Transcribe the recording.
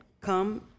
come